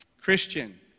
Christian